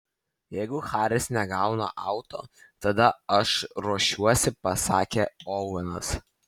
jeigu haris negauna auto tada aš ruošiuosi pasakė ovenas